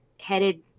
headed